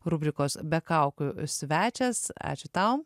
rubrikos be kaukių svečias ačiū tau